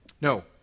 No